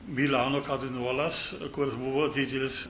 milano kardinolas kuris buvo didelis